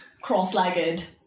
cross-legged